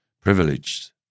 privileged